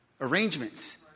arrangements